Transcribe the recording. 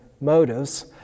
motives